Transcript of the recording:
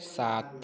सात